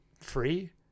free